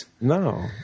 no